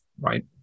right